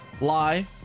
lie